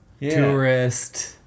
tourist